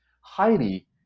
highly